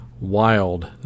Wild